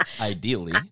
Ideally